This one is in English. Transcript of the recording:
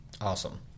Awesome